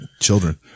children